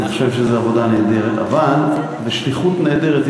אני חושב שזו עבודה נהדרת ושליחות נהדרת,